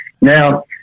Now